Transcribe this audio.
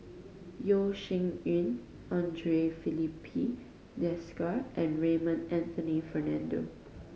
Yeo Shih Yun Andre Filipe Desker and Raymond Anthony Fernando